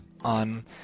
on